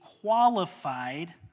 qualified